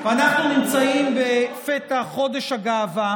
אנחנו נמצאים בפתח חודש הגאווה,